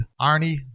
Arnie